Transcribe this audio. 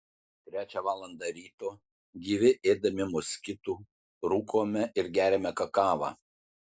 trečią valandą ryto gyvi ėdami moskitų rūkome ir geriame kakavą